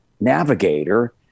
navigator